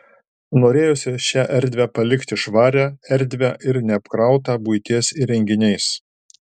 norėjosi šią erdvę palikti švarią erdvią ir neapkrautą buities įrenginiais